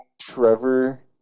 Trevor